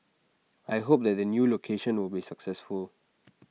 I hope that the new location will be successful